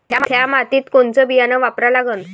थ्या मातीत कोनचं बियानं वापरा लागन?